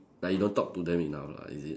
like you don't talk to them enough lah is it